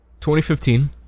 2015